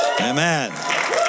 Amen